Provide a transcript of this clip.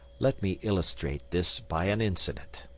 let me illustrate this by an incident.